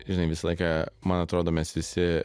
žinai visą laiką man atrodo mes visi